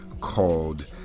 called